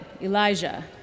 Elijah